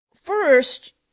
First